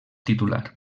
titular